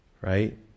Right